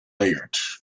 layered